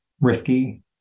risky